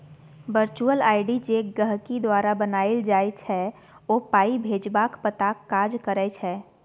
virtual ID जे गहिंकी द्वारा बनाएल जाइ छै ओ पाइ भेजबाक पताक काज करै छै